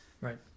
right